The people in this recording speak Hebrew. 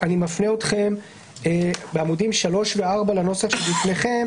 מפנה אתכם בעמודים 3 ו-4 שלפניכם,